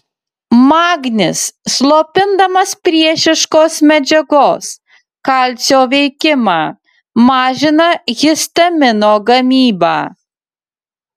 magnis slopindamas priešiškos medžiagos kalcio veikimą mažina histamino gamybą